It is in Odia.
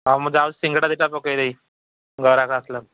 ହଉ ମୁଁ ଯାଉଛି ସିଙ୍ଗଡ଼ା ଦୁଇଟା ପକେଇ ଦେବି ଗରାଖ ଆସିଲେଣି